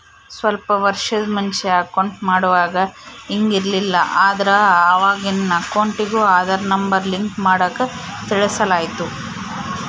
ಸ್ವಲ್ಪ ವರ್ಷುದ್ ಮುಂಚೆ ಅಕೌಂಟ್ ಮಾಡುವಾಗ ಹಿಂಗ್ ಇರ್ಲಿಲ್ಲ, ಆದ್ರ ಅವಾಗಿನ್ ಅಕೌಂಟಿಗೂ ಆದಾರ್ ನಂಬರ್ ಲಿಂಕ್ ಮಾಡಾಕ ತಿಳಿಸಲಾಯ್ತು